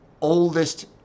oldest